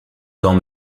quand